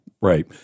Right